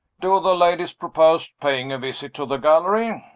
do the ladies propose paying a visit to the gallery?